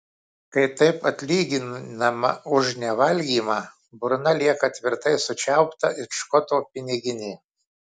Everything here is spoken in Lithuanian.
kai taip atlyginama už nevalgymą burna lieka tvirtai sučiaupta it škoto piniginė